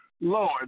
Lord